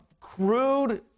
crude